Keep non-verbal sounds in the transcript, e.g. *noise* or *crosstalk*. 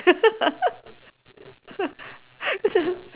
*laughs*